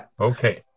Okay